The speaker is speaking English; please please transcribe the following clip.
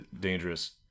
dangerous